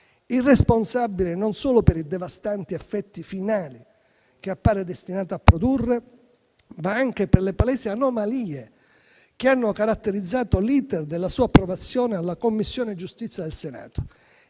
del Paese, non solo per i devastanti effetti finali che appare destinato a produrre, ma anche per le palesi anomalie che hanno caratterizzato l'*iter* della sua approvazione in Commissione giustizia del Senato.